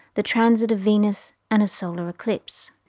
the transit of venus and a solar eclipse,